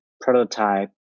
prototype